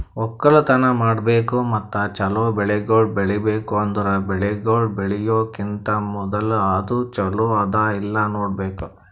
ಒಕ್ಕಲತನ ಮಾಡ್ಬೇಕು ಮತ್ತ ಚಲೋ ಬೆಳಿಗೊಳ್ ಬೆಳಿಬೇಕ್ ಅಂದುರ್ ಬೆಳಿಗೊಳ್ ಬೆಳಿಯೋಕಿಂತಾ ಮೂದುಲ ಅದು ಚಲೋ ಅದಾ ಇಲ್ಲಾ ನೋಡ್ಬೇಕು